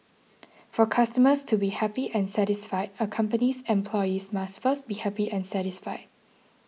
for customers to be happy and satisfied a company's employees must first be happy and satisfied